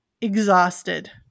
exhausted